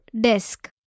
desk